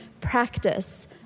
practice